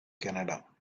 canada